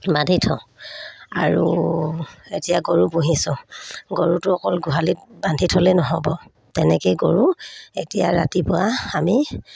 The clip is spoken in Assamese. বান্ধি থওঁ আৰু এতিয়া গৰু পুহিছোঁ গৰুটো অকল গোহালিত বান্ধি থ'লে নহ'ব তেনেকেই গৰু এতিয়া ৰাতিপুৱা আমি